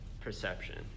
perception